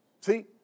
See